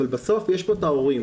אבל בסוף יש פה ההורים,